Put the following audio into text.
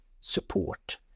support